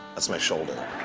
is my shoulder.